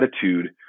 attitude